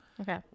Okay